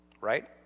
Right